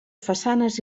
façanes